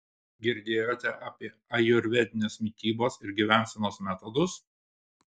girdėjote apie ajurvedinės mitybos ir gyvensenos metodus